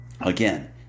Again